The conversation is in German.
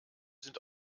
sind